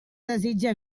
desitja